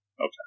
Okay